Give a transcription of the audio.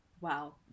Wow